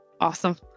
Awesome